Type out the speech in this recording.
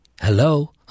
Hello